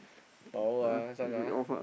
power ah this one ah